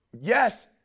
Yes